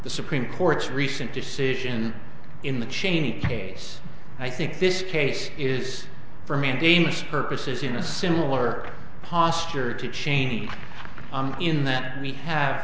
the supreme court's recent decision in the cheney case i think this case is for mandamus purposes in a similar posture to cheney in that we have